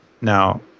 Now